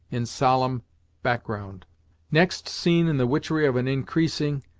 in solemn background next seen in the witchery of an increasing,